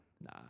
nah